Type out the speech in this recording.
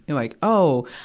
like, oh.